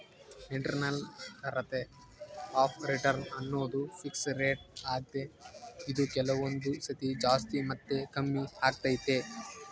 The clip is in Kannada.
ಇಂಟರ್ನಲ್ ರತೆ ಅಫ್ ರಿಟರ್ನ್ ಅನ್ನೋದು ಪಿಕ್ಸ್ ರೇಟ್ ಆಗ್ದೆ ಇದು ಕೆಲವೊಂದು ಸತಿ ಜಾಸ್ತಿ ಮತ್ತೆ ಕಮ್ಮಿಆಗ್ತೈತೆ